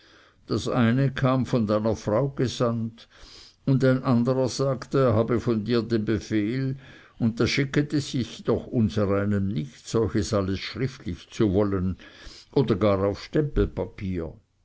das eine kam von deiner frau gesandt und ein anderer sagte er habe von dir den befehl und da schicket es sich doch unsereinem nicht solches alles schriftlich zu wollen oder gar auf